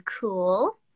cool